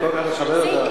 אני כל כך מכבד אותך,